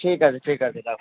ঠিক আছে ঠিক আছে রাখুন